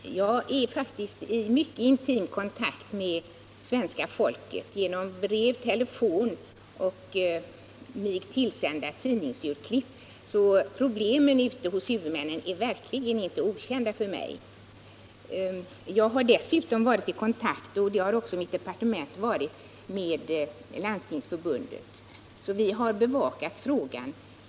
Herr talman! Jag är faktiskt i mycket intim kontakt med svenska folket: genom brev, telefon och mig tillsända tidningsurklipp. Så problemen ute hos huvudmännen är verkligen inte okända för mig. Dessutom har jag och mitt departement varit i förbindelse med Landstingsförbundet, så vi har bevakat frågan.